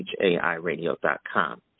HAIRadio.com